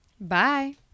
bye